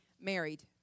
married